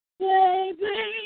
baby